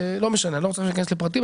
לא משנה, אני לא רוצה להיכנס לפרטים.